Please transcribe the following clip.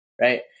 Right